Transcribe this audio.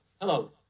Hello